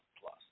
plus